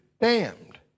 damned